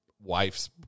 wife's